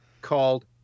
called